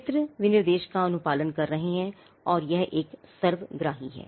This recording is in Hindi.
चित्र विनिर्देश का अनुपालन कर रहे हैं यह एक सर्वग्राही है